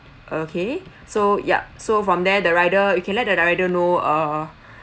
okay so yup so from there the rider you can let the the rider know err